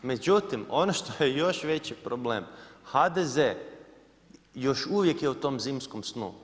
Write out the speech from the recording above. Međutim ono što je još veći problem, HDZ još uvijek je u tom zimskom snu.